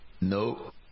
No